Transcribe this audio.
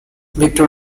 victor